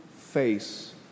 face